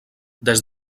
des